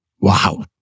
Wow